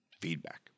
feedback